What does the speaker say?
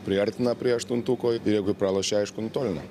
priartina prie aštuntuko ir jeigu praloši aišku nutolina